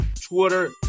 Twitter